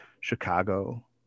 Chicago